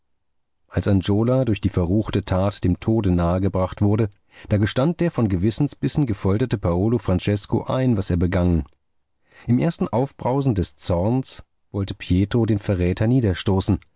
als angiola durch die verruchte tat dem tode nahe gebracht wurde da gestand der von gewissensbissen gefolterte paolo francesko ein was er begangen im ersten aufbrausen des zorns wollte pietro den verräter